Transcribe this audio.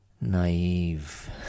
naive